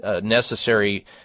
necessary